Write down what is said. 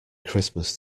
christmas